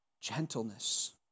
gentleness